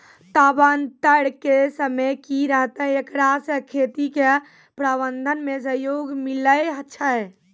तापान्तर के समय की रहतै एकरा से खेती के प्रबंधन मे सहयोग मिलैय छैय?